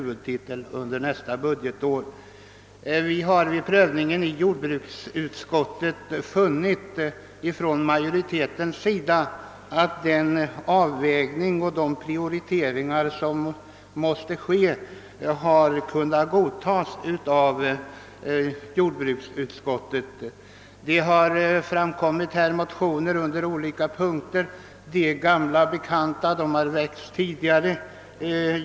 Vi inom utskottsmajoriteten har vid prövningen av framställningarna funnit att de gjorda avvägningarna och prioriteringarna kan godtagas. — Motioner har väckts på olika punkter; de är gamla bekanta.